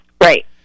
Right